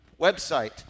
website